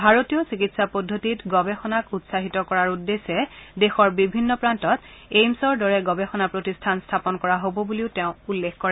ভাৰতীয় চিকিৎসা পদ্ধতিত গৱেষণাক উৎসাহিত কৰাৰ উদ্দেশ্যে দেশৰ বিভিন্ন প্ৰান্তত এইমচৰ দৰে গৱেষণা প্ৰতিষ্ঠান স্থাপন কৰা হব বুলিও তেওঁ উল্লেখ কৰে